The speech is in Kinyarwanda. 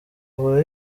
ahora